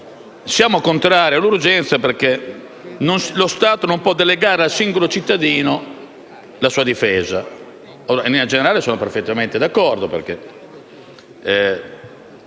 essere contrario all'urgenza, perché lo Stato non può delegare al singolo cittadino la sua difesa. In linea generale su questo sono perfettamente d'accordo, perché